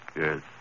Yes